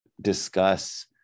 discuss